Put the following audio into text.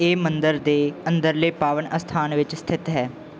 ਇਹ ਮੰਦਰ ਦੇ ਅੰਦਰਲੇ ਪਾਵਨ ਅਸਥਾਨ ਵਿੱਚ ਸਥਿਤ ਹੈ